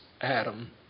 Adam